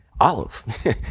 olive